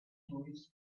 tourists